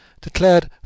declared